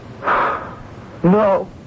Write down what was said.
No